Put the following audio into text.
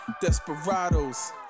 Desperados